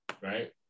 Right